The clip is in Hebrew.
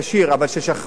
אבל כששכחו לתבוע,